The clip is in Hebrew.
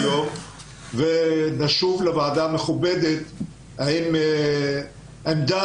נשוב לוועדה המכובדת עם עמדה